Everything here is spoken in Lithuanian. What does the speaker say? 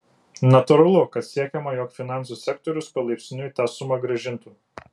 natūralu kad siekiama jog finansų sektorius palaipsniui tą sumą grąžintų